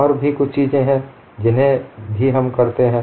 और भी कुछ चीजें हैं जिन्हें भी हम करते हैं